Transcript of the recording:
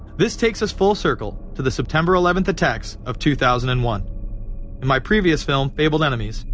this takes us full circle to the september eleventh attacks of two thousand and one. in my previous film, fabled enemies,